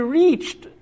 reached